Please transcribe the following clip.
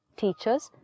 teachers